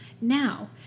Now